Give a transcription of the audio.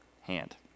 hand